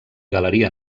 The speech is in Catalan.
galeria